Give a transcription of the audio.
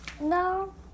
No